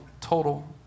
total